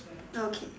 okay